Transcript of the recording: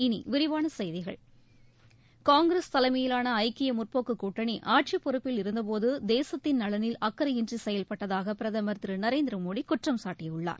இனி விரிவான செய்திகள் காங்கிரஸ் தலைமையிலாள ஐக்கிய முற்போக்கு கூட்டணி ஆட்சிப் பொறுப்பில் இருந்த போது தேசத்தின் நலனில் அக்கறையின்றி செயல்பட்டதாக பிரதமர் திரு நரேந்திர மோடி குற்றம் சாட்டியுள்ளார்